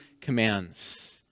commands